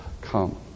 come